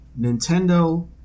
Nintendo